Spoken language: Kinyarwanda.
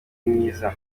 mwiza